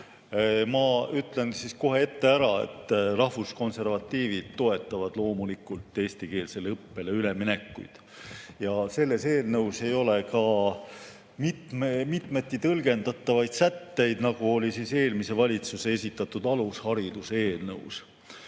Ma ütlen kohe ette ära, et rahvuskonservatiivid toetavad loomulikult eestikeelsele õppele üleminekut. Selles eelnõus ei ole ka mitmeti tõlgendatavaid sätteid, nagu oli eelmise valitsuse esitatud alushariduse eelnõus. Aga